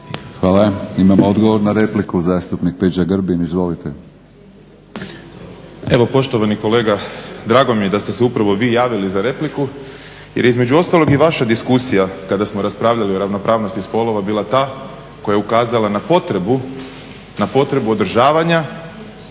Hvala. Imamo odgovor na repliku, zastupnik Peđa Grbin. Izvolite. **Grbin, Peđa (SDP)** Evo poštovani kolega, drago mi je da ste se vi upravo javili za repliku, jer je između ostalog i vaša diskusija kada smo raspravljali o ravnopravnosti spolova bila da, koja je ukazala na potrebu održavanja